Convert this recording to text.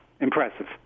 Impressive